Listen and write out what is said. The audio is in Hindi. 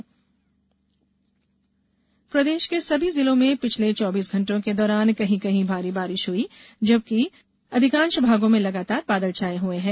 मौसम प्रदेश के सभी जिलों में पिछले चौबीस घंटों के दौरान कहीं कहीं भारी बारिष हुई जबकि अधिकांष भागों में लगातार बादल छाए हुए हैं